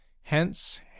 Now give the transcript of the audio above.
Hence